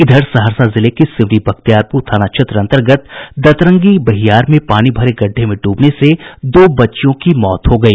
इधर सहरसा जिले के सिमरी बख्तियारपुर थाना क्षेत्र अंतर्गत दतरंगी बहियार में पानी भरे गड्ढे में डूबने से दो बच्चियों की मौत हो गयी